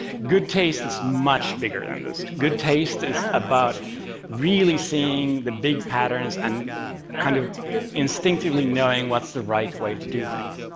good taste is much bigger than this. good taste is about really seeing the big patterns and kind of instinctively knowing what's the right way to do things.